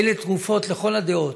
ואלה תרופות, לכל הדעות,